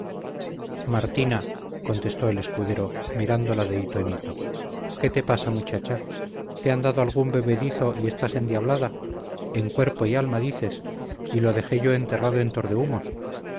martina contestó el escudero mirándola de hito en hito qué te pasa muchacha te han dado algún bebedizo y estás endiablada en cuerpo y alma dices y lo dejé yo enterrado en